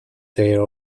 their